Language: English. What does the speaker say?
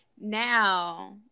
now